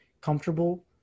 comfortable